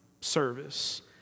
service